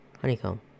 Honeycomb